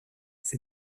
ces